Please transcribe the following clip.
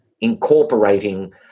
incorporating